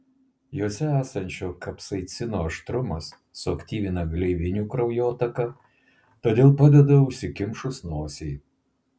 jose esančio kapsaicino aštrumas suaktyvina gleivinių kraujotaką todėl padeda užsikimšus nosiai